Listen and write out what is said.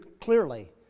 clearly